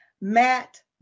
Matt